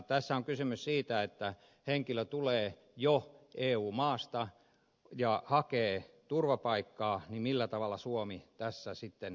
tässä on kysymys siitä että kun henkilö tulee jo eu maasta ja hakee turvapaikkaa niin millä tavalla suomi tässä sitten menettelee